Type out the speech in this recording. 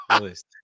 list